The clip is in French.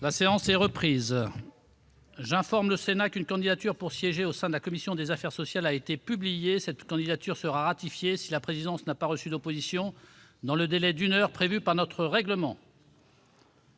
La séance est reprise. J'informe le Sénat qu'une candidature pour siéger au sein de la commission des affaires sociales a été publiée. Cette candidature sera ratifiée si la présidence n'a pas reçu d'opposition dans le délai d'une heure prévue par notre règlement.